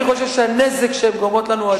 אני חושב שהנזק שהן גורמות לנו,